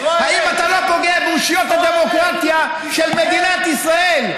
האם אתה לא פוגע באושיות הדמוקרטיה של מדינת ישראל?